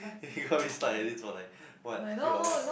then we gonna be stuck at this for like what few hours